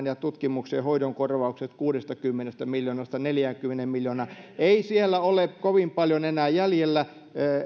ja tutkimuksen ja hoidon korvaukset kuudestakymmenestä miljoonasta neljäänkymmeneen miljoonaan ei siellä ole kovin paljon enää jäljellä